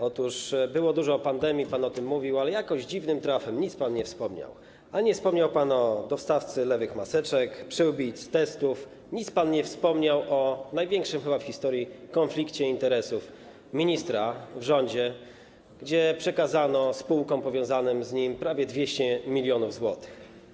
Otóż było dużo o pandemii, pan o tym mówił, ale jakoś dziwnym trafem nic pan nie wspomniał o dostawcy lewych maseczek, przyłbic, testów, nic pan nie wspomniał o największym chyba w historii konflikcie interesów ministra w rządzie, gdy przekazano spółkom powiązanym z nim prawie 200 mln zł.